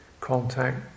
contact